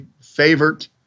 favorite